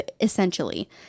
essentially